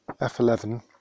F11